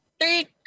three